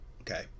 okay